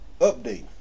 update